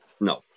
No